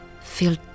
feel